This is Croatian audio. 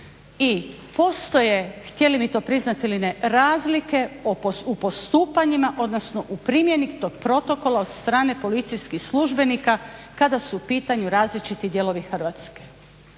i postoje, htjeli mi to priznat ili ne, razlike u postupanjima odnosno u primjeni tog protokola od strane policijskih službenika kada su u pitanju različiti dijelovi Hrvatske.